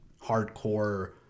hardcore